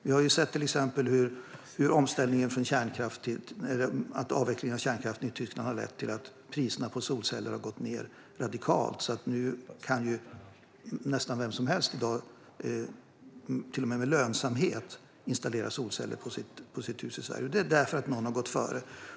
Vi har till exempel sett att avvecklingen av kärnkraft nu tycks ha lett till att priserna på solceller har gått ned radikalt. I dag kan nästan vem som helst installera solceller på sitt hus i Sverige - och till och med nå lönsamhet. Det är för att någon har gått före.